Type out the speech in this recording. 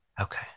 okay